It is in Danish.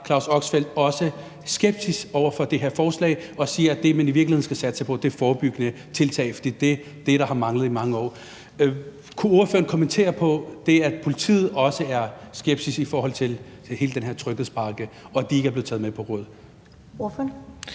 Claus Oxfelt også skeptisk over for det her forslag og siger, at det, man i virkeligheden skal satse på, er forebyggende tiltag, for det er det, der har manglet i mange år. Kunne ordføreren kommentere på det forhold, at politiet også er skeptiske over for hele den her tryghedspakke, og det, at de ikke er blevet taget med på råd?